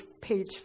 page